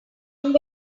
along